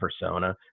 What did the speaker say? persona